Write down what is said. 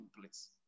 place